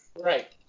Right